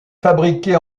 fabriqué